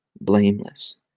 blameless